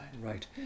Right